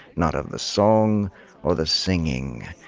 not of the song or the singing.